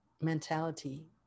mentality